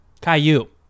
Caillou